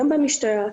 גם במשטרה,